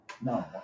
No